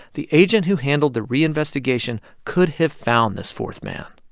the agent who handled the reinvestigation could have found this fourth man